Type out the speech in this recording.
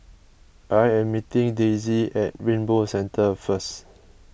I am meeting Daisie at Rainbow Centre first